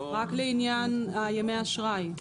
רק לעניין ימי האשראי?